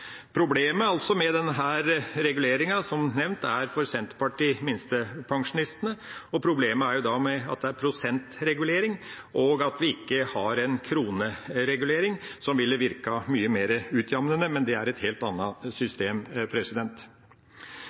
som nevnt, problemet med denne reguleringa minstepensjonistene. Problemet er at det er prosentregulering, og at vi ikke har en kroneregulering, som ville virket mye mer utjevnende. Men det er et helt annet system.